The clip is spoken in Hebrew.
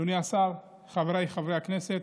אדוני השר, חבריי חברי הכנסת,